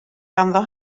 ganddo